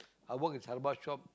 I work in cebal shop